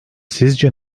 sizce